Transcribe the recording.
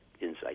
insight